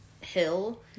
hill